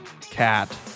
cat